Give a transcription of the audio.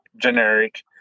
generic